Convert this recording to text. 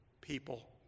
people